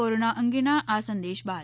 corona અંગેના આ સંદેશ બાદ